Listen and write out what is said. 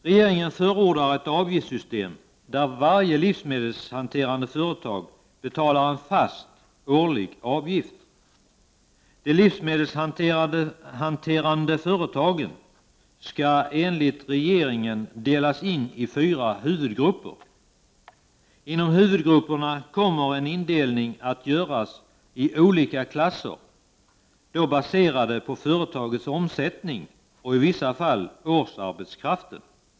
Regeringen förordar ett avgiftssystem där varje livsmedelhanterande företag betalar en fast årlig avgift. De livsmedelshanterande företagen skall, enligt regeringen, delas in i fyra huvudgrupper. Inom huvudgrupperna kommer en indelning att göras i olika klasser baserade på företagens omsättning och i vissa fall på årsarbetskraften.